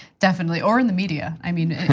definitely or in the media, i mean,